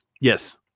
Yes